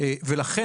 לכן,